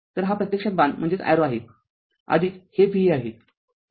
तर हा प्रत्यक्षात बाण आहे हे Va आहे हे व्होल्टेज Vb आहे